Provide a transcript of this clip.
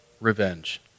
revenge